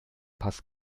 pass